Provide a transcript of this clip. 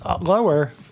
lower